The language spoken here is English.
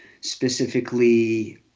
specifically